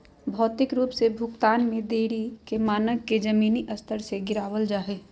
भौतिक रूप से भुगतान में देरी के मानक के जमीनी स्तर से गिरावल जा हई